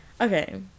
okay